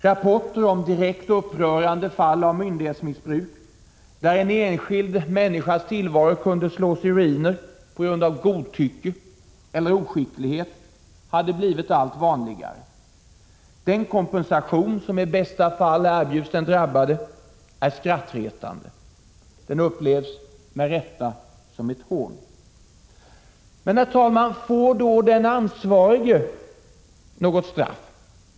Rapporter om direkt upprörande fall av myndighetsmissbruk, där en enskild människas tillvaro kunde slås i ruiner på grund av godtycke eller oskicklighet, hade blivit allt vanligare. Den kompensation som i bästa fall erbjuds den drabbade är skrattretande. Den upplevs med rätta som ett hån. Men, herr talman, får den ansvarige något straff?